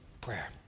prayer